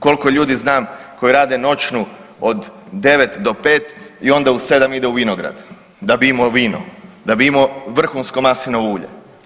Koliko ljudi znam koji rade noćnu od 9 do 5 i onda u 7 ide u vinograd da bi imao vino, da bi imao vrhunsko maslinovo ulje.